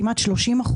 כמעט 30%,